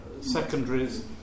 secondaries